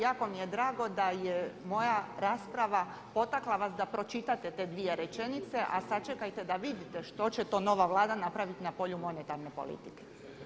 Jako mi je drago da je moja rasprava potakla vas da pročitate te dvije rečenice, a sačekajte da vidite što će to nova Vlada napraviti na polju monetarne politike.